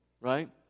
right